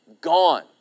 gone